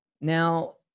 now